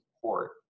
support